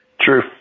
True